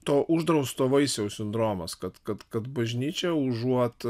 to uždrausto vaisiaus sindromas kad kad kad bažnyčia užuot